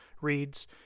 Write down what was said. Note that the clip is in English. reads